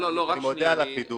אני מודה על החידוד.